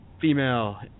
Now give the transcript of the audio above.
female